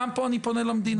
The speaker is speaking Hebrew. גם פה אני פונה למדינה.